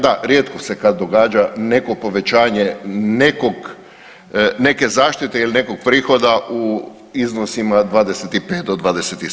Da, rijetko se kada događa neko povećanje neke zaštite ili nekog prihoda u iznosima 25 do 27%